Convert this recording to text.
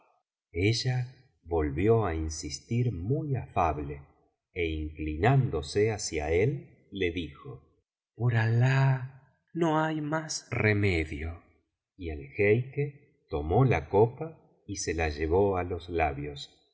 ella volvió á insistir muy afable é inclinándose hacia él le dijo por alah no hay más remedio y el jeique tomó la copa y se la llevó á los labios